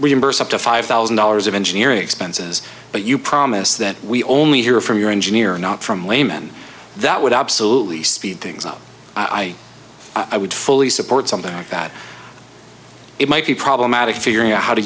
reimburse up to five thousand dollars of engineering expenses but you promise that we only hear from your engineer not from laymen that would absolutely speed things up i i would fully support something like that it might be problematic figuring out how to